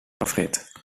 afrit